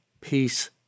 peace